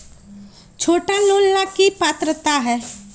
छोटा लोन ला की पात्रता है?